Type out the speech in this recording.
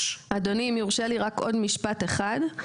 אדוני, אם יורשה לי רק עוד משפט אחד.